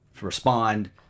respond